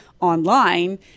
online